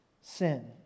sin